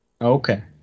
Okay